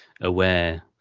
aware